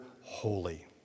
holy